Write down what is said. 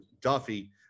Duffy